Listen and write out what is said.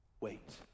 Wait